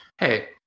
Hey